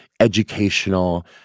educational